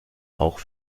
auch